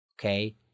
Okay